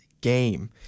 game